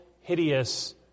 hideous